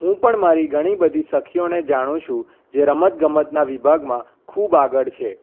હું પણ મારી ઘણી બધી સખીઓને જાણું છું જે રમત ગમતનાં વિભાગમાં ખૂબ આગળ છે